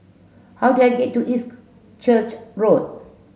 how do I get to East Church Road